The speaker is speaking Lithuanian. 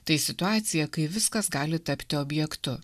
tai situacija kai viskas gali tapti objektu